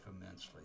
immensely